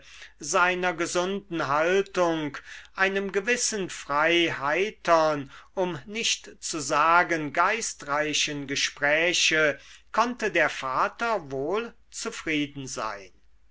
seiner gesunden haltung einem gewissen frei heitern um nicht zu sagen geistreichen gespräche konnte der vater wohl zufrieden sein